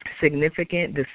Significant